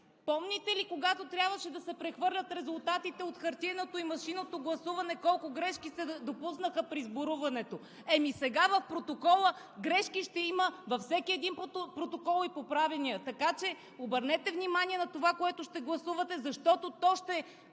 Помните ли, когато трябваше да се прехвърлят резултатите от хартиеното и машинното гласуване, колко грешки се допуснаха при сборуването? Сега грешки и поправяния ще има във всеки един протокол. Обърнете внимание на това, което ще гласувате, защото то ще